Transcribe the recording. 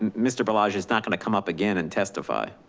mr. berlage is not gonna come up again and testify.